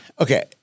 Okay